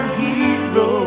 hero